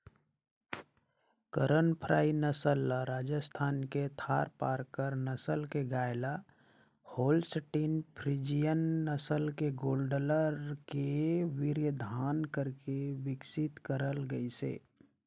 करन फ्राई नसल ल राजस्थान के थारपारकर नसल के गाय ल होल्सटीन फ्रीजियन नसल के गोल्लर के वीर्यधान करके बिकसित करल गईसे